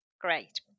Great